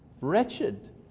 Wretched